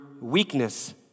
weakness